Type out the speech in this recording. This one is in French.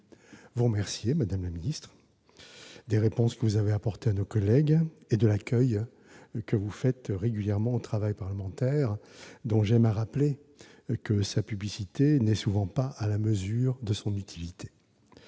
vous remercie, madame la secrétaire d'État, des réponses que vous avez apportées à nos collègues et de l'accueil que vous faites régulièrement au travail parlementaire. J'aime à souligner que sa publicité n'est souvent pas à la mesure de son utilité